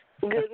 Good